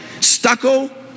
stucco